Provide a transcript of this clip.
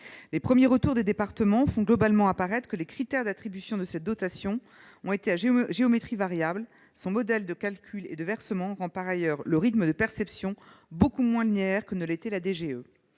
Les premiers retours des départements font globalement apparaître que les critères d'attribution de cette dotation ont été à géométrie variable. Son mode de calcul et de versement rend par ailleurs le rythme de perception beaucoup moins linéaire que ne l'était la DGE.